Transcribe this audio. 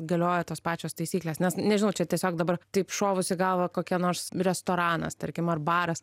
galioja tos pačios taisyklės nes nežinau čia tiesiog dabar taip šovus į galvą kokia nors restoranas tarkim ar baras